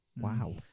Wow